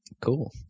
Cool